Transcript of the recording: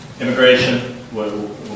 Immigration